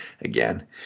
again